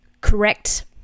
correct